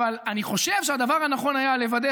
אבל אני חושב שהדבר הנכון היה לוודא